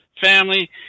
family